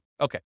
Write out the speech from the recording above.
Okay